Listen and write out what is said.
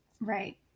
Right